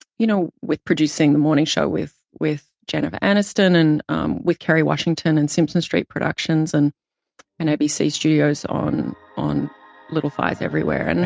you know, with producing the morning show with with jennifer anniston, and um with kerry washington and simpson street productions, and and abc studios on on little fires everywhere.